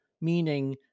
meaning